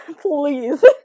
please